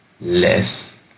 less